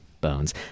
Bones